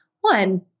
one